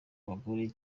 abagore